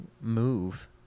move